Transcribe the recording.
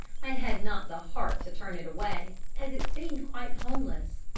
i had not the heart to turn it away, as it seemed quite homeless,